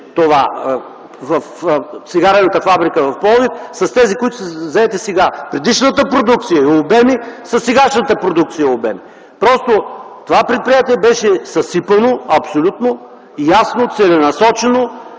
това в цигарената фабрика в Пловдив с тези, които са заети сега; предишната продукция и обеми със сегашната продукция и обеми. Просто това предприятие беше съсипано абсолютно ясно, целенасочено,